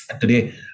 today